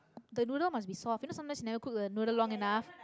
the noodle must be soft you know sometimes never cook the noodle long enough